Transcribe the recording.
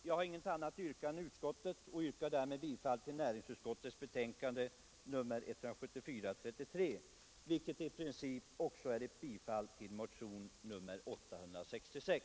Jag har inget annat yrkande än utskottets och yrkar därmed bifall till näringsutskottets betänkande 33, vilket i princip är ett bifall till motionen 866.